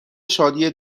شادی